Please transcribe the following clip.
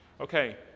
Okay